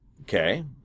okay